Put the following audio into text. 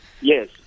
Yes